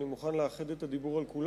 אני מוכן לאחד את הדיבור על כולן,